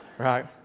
right